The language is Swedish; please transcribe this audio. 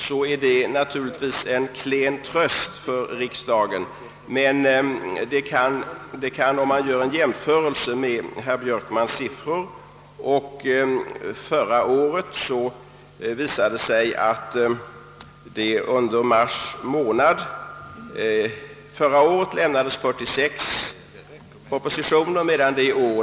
Detta är naturligtvis en klen tröst för riksdagen, men om man gör en jämförelse mellan herr Björkmans siffror och förra årets, finner man att det under mars månad i fjol avlämnades 46 propositioner mot 00 i år.